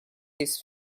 his